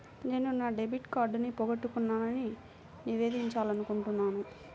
నేను నా డెబిట్ కార్డ్ని పోగొట్టుకున్నాని నివేదించాలనుకుంటున్నాను